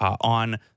on